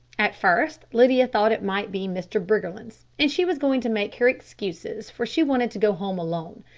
at first lydia thought it might be mr. briggerland's, and she was going to make her excuses for she wanted to go home alone.